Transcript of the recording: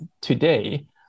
today